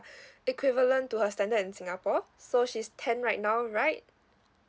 equivalent to her standard in singapore so she's ten right now right